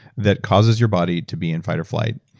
that causes your body to be in fight or flight,